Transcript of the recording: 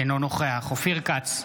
אינו נוכח אופיר כץ,